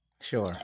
Sure